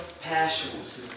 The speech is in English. passions